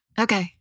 Okay